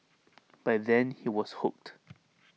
by then he was hooked